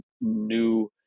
new